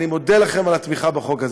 אני מודה לכם על התמיכה בחוק הזה.